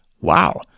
Wow